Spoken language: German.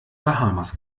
bahamas